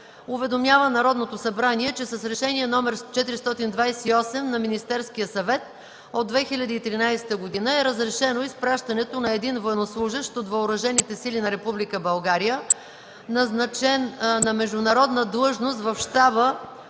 уведомява Народното събрание, че с Решение № 428 на Министерския съвет от 2013 г. е разрешено изпращането на един военнослужещ от въоръжените сили на Република България, назначен на международна длъжност в Щаба